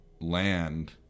land